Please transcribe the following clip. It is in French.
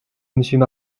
monsieur